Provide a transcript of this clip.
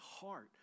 heart